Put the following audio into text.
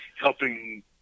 helping